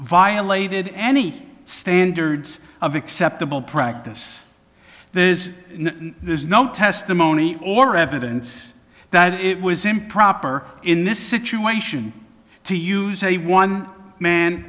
violated any standards of acceptable practice there is there's no testimony or evidence that it was improper in this situation to use a one man